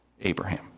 Abraham